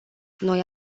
noi